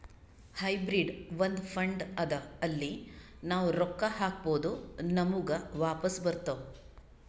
hybrid ಒಂದ್ fund ಅದಾ ಅಲ್ಲಿ ನಾವ್ ರೊಕ್ಕಾ ಹಾಕ್ಬೋದ್ ನಮುಗ ವಾಪಸ್ ಬರ್ತಾವ್